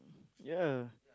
ya